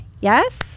Yes